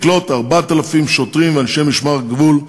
לקלוט 4,000 שוטרים ואנשי משמר הגבול,